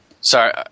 Sorry